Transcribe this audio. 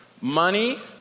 Money